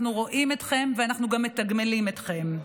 אנחנו רואים אתכם ואנחנו גם מתגמלים אתכם.